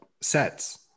sets